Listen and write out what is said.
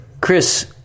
Chris